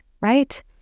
right